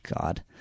god